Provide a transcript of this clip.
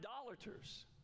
idolaters